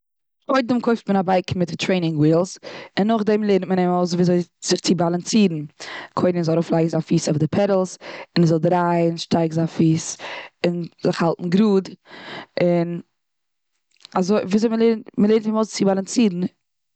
קודם קויפט מען א בייק מיט טרעינינג ווילס, און נאך דעם לערנט מען אים אויס וויאזוי זיך צו באלאנסירן. קודם זאל ער ארויף לייגן זיין פיס אויף די פעדעלס, און ער זאל דרייען שטראק זיין פיס, און זיך האלטן גראד און אזוי, וויאזוי, מ'לערנט אים אויס צו באלאנסירן.